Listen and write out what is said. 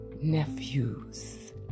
nephews